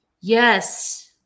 Yes